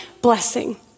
blessing